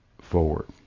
forward